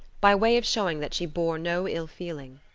by way of showing that she bore no ill feeling.